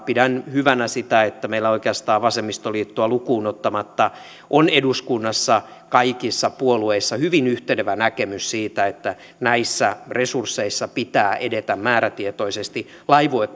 pidän hyvänä sitä että meillä oikeastaan vasemmistoliittoa lukuun ottamatta on eduskunnassa kaikissa puolueissa hyvin yhtenevä näkemys siitä että näissä resursseissa pitää edetä määrätietoisesti laivue